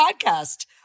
podcast